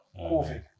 COVID